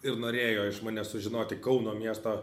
ir norėjo iš manęs sužinoti kauno miesto